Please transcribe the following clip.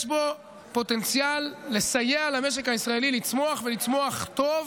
יש בו פוטנציאל לסייע למשק הישראלי לצמוח ולצמוח טוב,